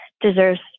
deserves